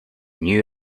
knew